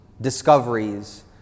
discoveries